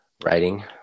writing